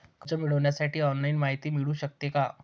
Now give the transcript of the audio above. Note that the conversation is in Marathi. कर्ज मिळविण्यासाठी ऑनलाईन माहिती मिळू शकते का?